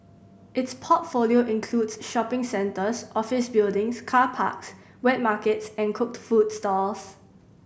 its portfolio includes shopping centres office buildings car parks wet markets and cooked food stalls